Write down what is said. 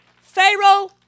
Pharaoh